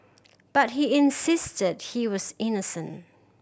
but he insisted he was innocent